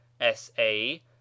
S-A